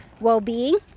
well-being